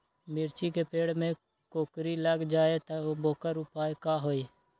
मिर्ची के पेड़ में कोकरी लग जाये त वोकर उपाय का होई?